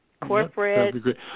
corporate